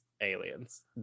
aliens